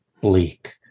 bleak